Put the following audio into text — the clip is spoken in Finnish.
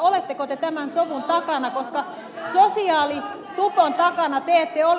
oletteko te tämän sovun takana koska sosiaalitupon takana te ette ole